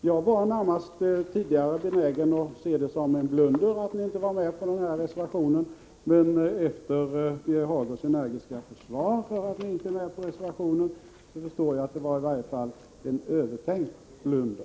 Jag var tidigare närmast benägen att se det som en blunder att ni inte var med på reservationen, men efter Birger Hagårds energiska försvar för att ni inte är med på den förstår jag att det i varje fall var en övertänkt blunder.